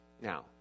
now